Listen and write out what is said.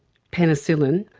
penicillin,